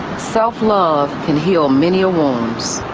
self love can heal many a wounds.